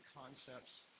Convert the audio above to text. concepts